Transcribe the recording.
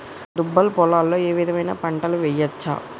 దుబ్బ పొలాల్లో ఏ విధమైన పంటలు వేయచ్చా?